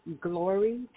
glory